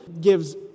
gives